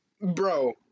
Bro